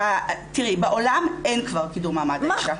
תראי, בעולם אין כבר קידום מעמד האישה.